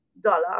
dollar